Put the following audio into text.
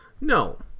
No